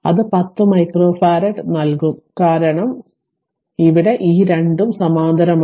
അത് 10 micro farad നൽകും കാരണം ഇവിടെ ഈ 2 ഉം സമാന്തരമാണ്